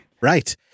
Right